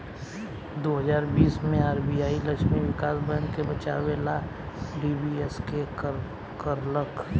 दू हज़ार बीस मे आर.बी.आई लक्ष्मी विकास बैंक के बचावे ला डी.बी.एस.के करलख